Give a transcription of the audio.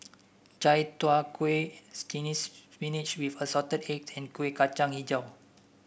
Chai Tow Kway spinach with Assorted Eggs and Kuih Kacang hijau